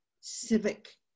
civic